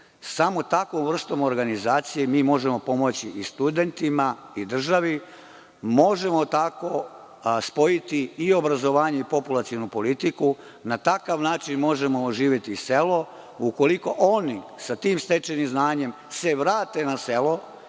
Samo takvom vrstom organizacije možemo pomoći i studentima i državi. Možemo tako spojiti i obrazovanje i populacionu politiku. Na takav način možemo oživeti selo. Ukoliko se oni sa tim stečenim znanjem vrate na selo